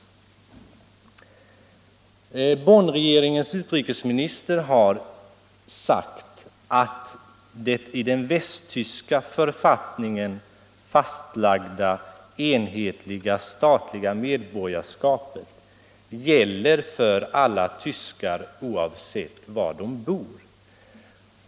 Bonnregeringens utrikesminister har sagt att det i den västtyska författningen fastlagda, enhetliga statliga medborgarskapet gäller för alla tyskar oavsett var de bor.